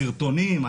סרטונים?